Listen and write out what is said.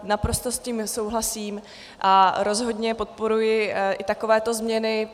Naprosto s tím souhlasím a rozhodně podporuji i takovéto změny.